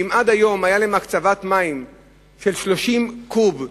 שאם עד היום היתה להם הקצבת מים של 30 קוב לחודשיים,